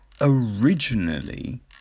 Originally